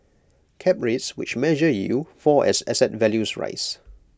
cap rates which measure yield fall as asset values rise